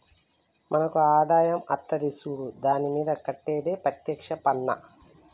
మనకు ఆదాయం అత్తది సూడు దాని మీద కట్టేది ప్రత్యేక్ష పన్నా